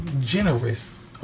generous